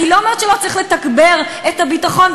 אני לא אומרת שלא צריך לתגבר את הביטחון,